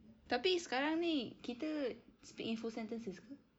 tapi sekarang ini kita speak in full sentences ke